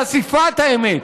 חשיפת האמת,